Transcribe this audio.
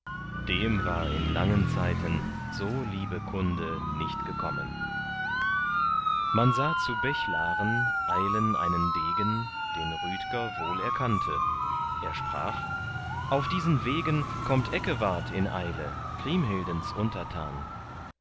dem war in langen zeiten so liebe kunde nicht gekommen man sah zu bechlaren eilen einen degen den rüdger wohl erkannte er sprach auf diesen wegen kommt eckewart in eile kriemhildens untertan